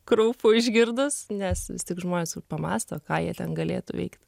kraupu išgirdus nes tik žmonės pamąsto ką jie ten galėtų veikt